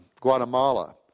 Guatemala